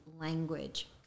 language